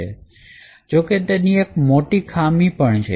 જોકે એક તેની મોટી ખામી પણ છે